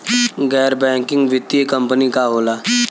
गैर बैकिंग वित्तीय कंपनी का होला?